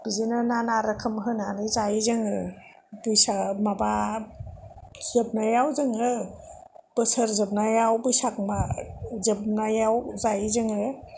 बिदिनो बायदि रोखोम होनानै जायो जोङो बैसाग माबा जोबनायाव जोङो बोसोर जोबनायाव बैसाग मास जोबनायाव जायो जोङो